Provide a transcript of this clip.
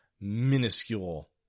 minuscule